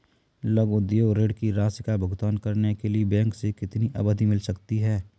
लघु उद्योग ऋण की राशि का भुगतान करने के लिए बैंक से कितनी अवधि मिल सकती है?